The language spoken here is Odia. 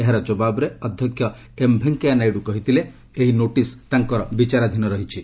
ଏହାର ଜବାବରେ ଅଧ୍ୟକ୍ଷ ଏମ୍ ଭେଙ୍କେୟା ନାଇଡୁ କହିଥିଲେ ଏହି ନୋଟିସ୍ ତାଙ୍କର ବିଚାରାଧୀନ ରହିଛି